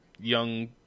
young